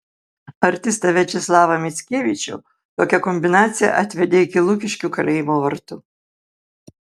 artistą viačeslavą mickevičių tokia kombinacija atvedė iki lukiškių kalėjimo vartų